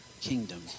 kingdom